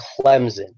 Clemson